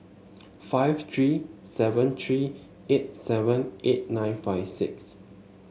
five three seven three eight seven eight nine five six